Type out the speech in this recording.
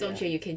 ya